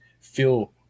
feel